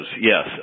yes